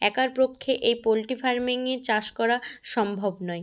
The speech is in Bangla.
একার পক্ষে এই পোলট্রি ফার্মিংয়ে চাষ করা সম্ভব নয়